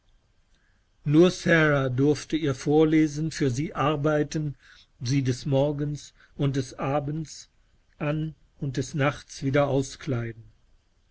derinihrenähekamund gegensara ihrezofe mehralsgegenalleandern nursaradurfteihrvorlesen fürsie arbeiten sie des morgens und des abends an und des nachts wieder auskleiden